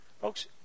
Folks